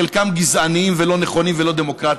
חלקם גזעניים ולא נכונים ולא דמוקרטיים,